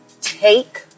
Take